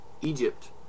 Egypt